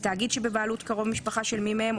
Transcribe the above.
מתאגיד שבבעלות קרוב משפחה של מי מהם,